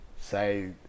say